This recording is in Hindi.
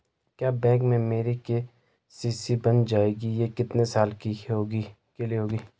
क्या बैंक में मेरी के.सी.सी बन जाएगी ये कितने साल के लिए होगी?